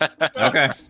Okay